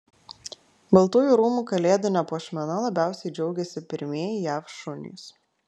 baltųjų rūmų kalėdine puošmena labiausiai džiaugiasi pirmieji jav šunys